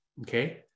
Okay